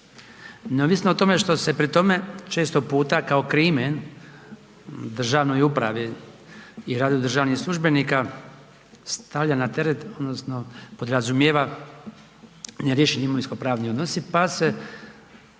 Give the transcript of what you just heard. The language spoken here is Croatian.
Neovisno o tome što se pri tome često puta kao krimen državnoj upravi i radu državnih službenika stavlja na teret odnosno podrazumijeva neriješeni imovinsko-pravni odnosi pa se